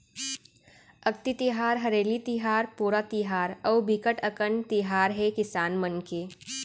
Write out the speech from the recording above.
अक्ति तिहार, हरेली तिहार, पोरा तिहार अउ बिकट अकन तिहार हे किसान मन के